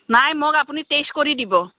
নাই মোক আপুনি তেইছ কৰি দিব